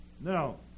Now